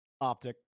Optic